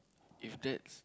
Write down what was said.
if that's